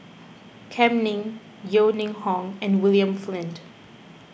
Kam Ning Yeo Ning Hong and William Flint